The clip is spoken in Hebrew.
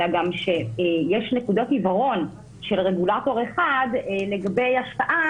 אלא שיש גם נקודות עיוורון של רגולטור אחד לגבי השפעה